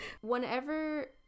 Whenever